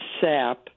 sap